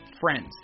friends